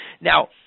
Now